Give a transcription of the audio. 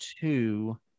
two